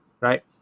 right